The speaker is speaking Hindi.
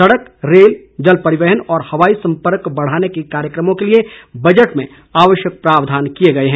सड़क रेल जल परिवहन और हवाई संपर्क बढ़ाने के कार्यक्रमों के लिए बजट में आवश्यक प्रावधान किए गए हैं